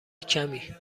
کمی